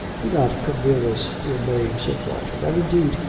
do not come near us, dear mave, said dalton, and, indeed,